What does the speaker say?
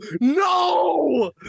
no